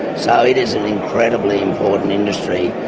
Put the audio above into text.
so it is an incredibly important industry,